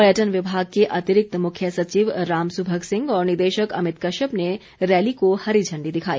पर्यटन विभाग के अतिरिक्त मुख्य सचिव राम सुभग सिंह और निदेशक अमित कश्यप ने रैली को हरी झण्डी दिखाई